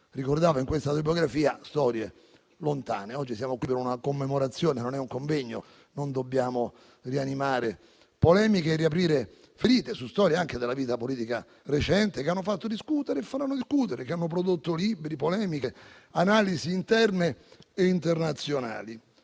ricordava in quest'autobiografia storie lontane. Oggi siamo qui per una commemorazione; questo non è un convegno, non dobbiamo rianimare polemiche e riaprire ferite su storie della vita politica recente che hanno fatto e faranno discutere, che hanno prodotto libri, polemiche, analisi interne e internazionali.